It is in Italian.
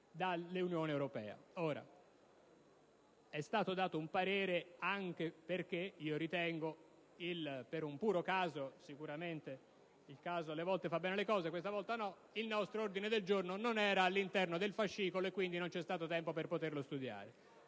dall'Unione europea). Ora, è stato espresso un parere, anche perché, ritengo sicuramente per un puro caso (il caso alle volte fa bene le cose; questa volta no), il nostro ordine del giorno non era all'interno del fascicolo, e quindi non c'è stato tempo per poterlo studiare.